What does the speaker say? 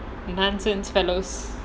nonsense fellow